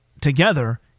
together